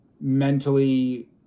mentally